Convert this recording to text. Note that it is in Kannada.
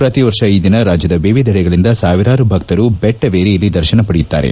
ಪ್ರತಿ ವರ್ಷ ಈ ದಿನ ರಾಜ್ಯದ ವಿವಿಧೆಡೆಯಿಂದ ಸಾವಿರಾರು ಭಕ್ತರು ಬೆಟ್ತವೇರಿ ಇಲ್ಲಿ ದರ್ಶನ ಪಡೆಯುತ್ತಾರೆ